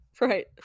right